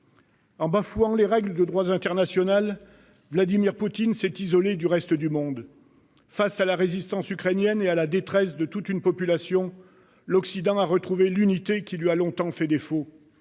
En bafouant les règles du droit international, Vladimir Poutine s'est isolé du reste du monde. Face à la résistance ukrainienne et à la détresse de toute une population, l'Occident a retrouvé l'unité qui lui a longtemps fait défaut.